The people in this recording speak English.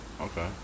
Okay